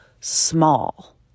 small